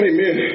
Amen